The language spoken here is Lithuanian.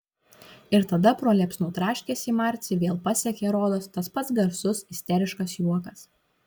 ir tada pro liepsnų traškesį marcį vėl pasiekė rodos tas pats garsus isteriškas juokas